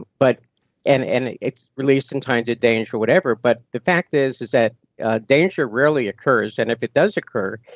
but and and it's released in times of danger or whatever. but the fact is is that ah danger rarely occurs, and if it does occur,